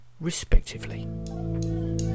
respectively